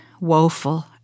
woeful